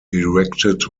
erected